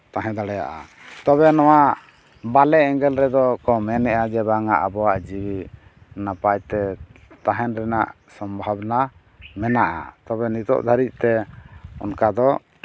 ᱛᱟᱦᱮᱸ ᱫᱟᱲᱮᱭᱟᱜᱼᱟ ᱛᱚᱵᱮ ᱱᱚᱣᱟ ᱵᱟᱞᱮ ᱮᱸᱜᱮᱞ ᱨᱮᱫᱚ ᱠᱚ ᱢᱮᱱᱮᱫᱼᱟ ᱡᱮ ᱵᱟᱝᱟ ᱟᱵᱚᱣᱟᱜ ᱡᱤᱣᱤ ᱱᱟᱯᱟᱭᱛᱮ ᱛᱟᱦᱮᱱ ᱨᱮᱱᱟᱜ ᱥᱚᱢᱵᱷᱟᱵᱚᱱᱟ ᱢᱮᱱᱟᱜᱼᱟ ᱛᱚᱵᱮ ᱱᱤᱛᱚᱜ ᱫᱷᱟᱹᱨᱤᱡᱛᱮ ᱚᱱᱠᱟᱫᱚ